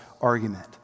argument